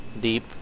Deep